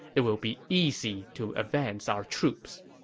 it will be easy to advance our troops